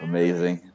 Amazing